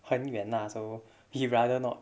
很远 lah so he rather not